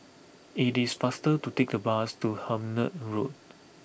it is faster to take the bus to Hemmant Road